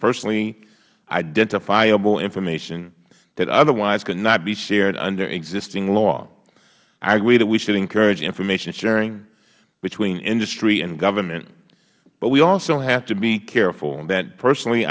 personally identifiable information that otherwise could not be shared under existing law i agree that we should encourage information sharing between industry and government but we also have to be careful that personally